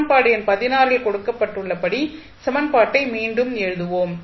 சமன்பாடு எண் ல் கொடுக்கப்பட்டுள்ளபடி சமன்பாட்டை மீண்டும் எழுதுவோம்